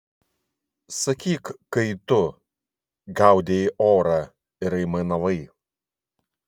sakyk kai tu gaudei orą ir aimanavai